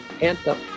Anthem